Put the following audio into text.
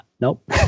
nope